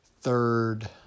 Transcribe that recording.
third